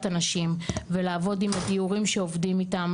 הנשים ולעבוד עם הדיורים שעובדים איתם,